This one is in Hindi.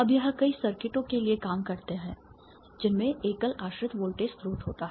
अब यह कई सर्किटों के लिए काम करता है जिनमें एकल आश्रित वोल्टेज स्रोत होता है